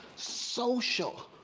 social,